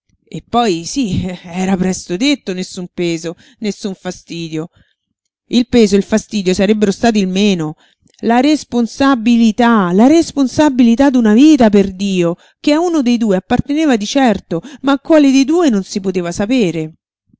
e poi sí era presto detto nessun peso nessun fastidio il peso il fastidio sarebbero stati il meno la responsabilità la responsabilità d'una vita perdio che a uno dei due apparteneva di certo ma a quale dei due non si poteva sapere